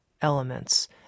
elements